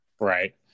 Right